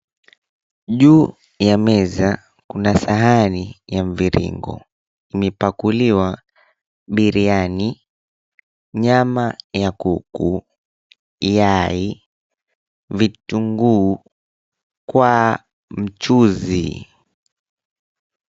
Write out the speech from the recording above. Juu ya meza kuna sahani ya mviringo, imepakuliwa biryani, nyama ya kuku, yai, vitunguu kwa mchuzi.